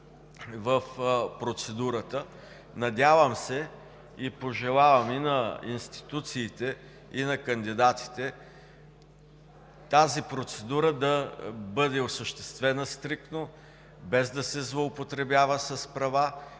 в процедурата. Надявам се и пожелавам и на институциите, и на кандидатите тази процедура да бъде осъществена стриктно, без да се злоупотребява с права,